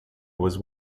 was